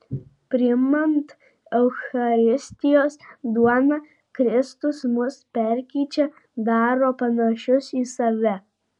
priimant eucharistijos duoną kristus mus perkeičia daro panašius į save